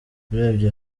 urebye